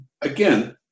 again